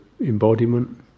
embodiment